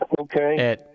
Okay